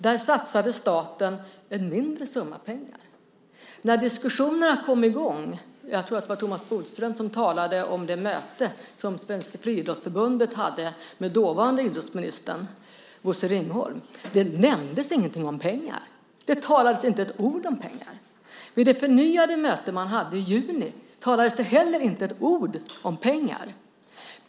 Där satsade staten en mindre summa pengar. Jag tror att det var Thomas Bodström som talade om det möte som Svenska Friidrottsförbundet hade med dåvarande idrottsministern, Bosse Ringholm. Där nämndes inte pengar. Det sades inte ett ord om pengar. Vid det förnyade möte man hade i juni sades det heller inte ett ord om pengar.